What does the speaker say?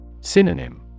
Synonym